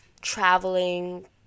traveling